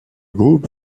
groupe